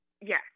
Yes